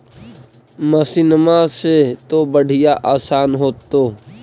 मसिनमा से तो बढ़िया आसन हो होतो?